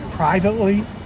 Privately